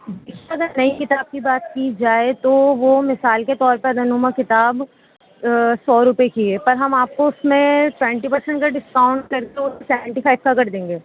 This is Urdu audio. اس پر اگر نئی کتاب کی بات کی جائے تو وہ مثال کے طور پر رہنما کتاب سو روپئے کی ہے پر ہم آپ کو اس میں سیونٹی پرسنٹ کا ڈسکاؤنٹ کر کے سیونٹی فائیو کا کر دیں گے